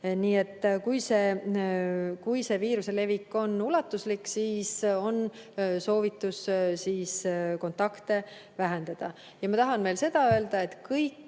Nii et kui viiruse levik on ulatuslik, siis on soovitus kontakte vähendada. Ja ma tahan veel seda öelda, et kõik